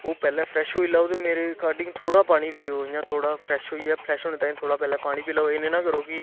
ओ पैह्लें फ्रैश होई लैओ ते मेरे अकार्डिंग थोह्ड़ा पानी पियो इ'यां थोह्ड़ा फ्रैश होइयै फ्रैश होने ताईं थोह्ड़ा पैह्लें पानी पी लैओ एह् नेईं ना करो कि